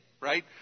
right